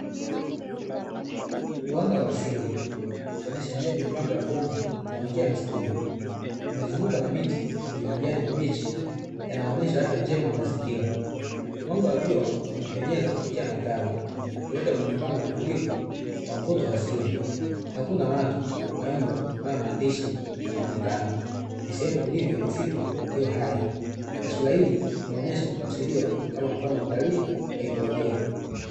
Uwanda wa asili, ukionyesha njia nyembamba ya vumbi inayoingia msituni. Imezungukwa na miti yenye majani mabichi yanayoonyesha afya njema ya mazingira. Mwanga wa jua unapenyeza kupitia matawi ukileta mwonekano na utulivu wa mvuto wa asili. Hakuna watu, miundo wala maandishi yanayoonekana. Ni sehemu tulivu ya misitu iliyo hai. Taswira hii inaonyesha kutafsiriwa kama mfano wa utalii wa ekolojia.